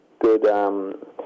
good